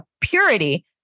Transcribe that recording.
purity